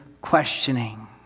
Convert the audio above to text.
questioning